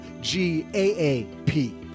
G-A-A-P